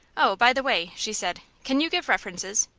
oh, by the way, she said, can you give references?